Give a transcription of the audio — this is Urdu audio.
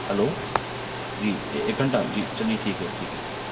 ہلو جی ایک گھنٹہ جی چلیے ٹھیک ہے ٹھیک ہے ٹھیک ہے